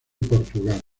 portugal